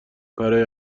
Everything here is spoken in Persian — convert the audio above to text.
برای